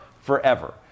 forever